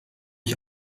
ich